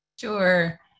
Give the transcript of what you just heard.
Sure